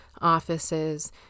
offices